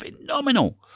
phenomenal